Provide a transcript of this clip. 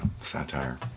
satire